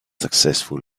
successful